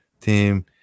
team